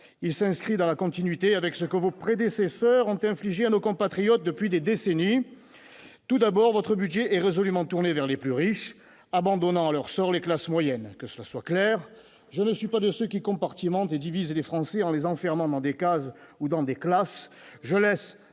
il s'inscrit dans la continuité avec ce que vos prédécesseurs ont infligées à nos compatriotes depuis des décennies, tout d'abord, votre budget est résolument en tournée vers les plus riches, abandonnant à leur sort les classes moyennes, que ce soit clair : je ne suis pas de ceux qui compartimenter, diviser les Français, en les enfermant dans des cases ou dans des classes, je laisse